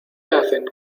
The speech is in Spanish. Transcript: hacen